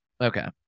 Okay